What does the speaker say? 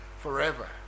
forever